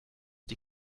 die